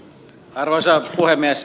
arvoisa puhemies